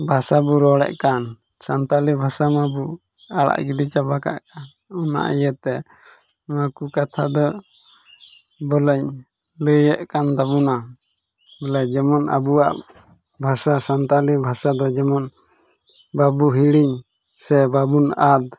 ᱵᱷᱟᱥᱟ ᱵᱚᱱ ᱨᱚᱲᱮᱫ ᱠᱟᱱ ᱥᱟᱱᱛᱟᱲᱤ ᱵᱷᱟᱥᱟ ᱢᱟᱵᱚᱱ ᱟᱲᱟᱜ ᱜᱤᱰᱤ ᱪᱟᱵᱟ ᱠᱟᱜ ᱠᱟᱱ ᱚᱱᱟ ᱤᱭᱟᱹᱛᱮ ᱱᱚᱣᱟ ᱠᱚ ᱠᱟᱛᱷᱟ ᱫᱚ ᱵᱚᱞᱮᱧ ᱞᱟᱹᱭᱮᱫ ᱠᱟᱱ ᱛᱟᱵᱚᱱᱟ ᱵᱚᱞᱮ ᱡᱮᱢᱚᱱ ᱟᱵᱚᱣᱟᱜ ᱵᱷᱟᱥᱟ ᱥᱟᱱᱛᱟᱲᱤ ᱵᱷᱟᱥᱟ ᱫᱚ ᱡᱮᱢᱚᱱ ᱵᱟᱵᱚ ᱦᱤᱲᱤᱧ ᱥᱮ ᱵᱟᱵᱚᱱ ᱟᱫ